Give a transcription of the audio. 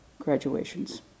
graduations